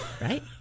right